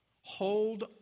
Hold